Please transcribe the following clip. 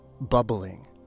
bubbling